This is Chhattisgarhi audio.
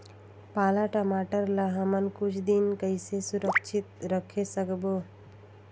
पाला टमाटर ला हमन कुछ दिन कइसे सुरक्षित रखे सकबो?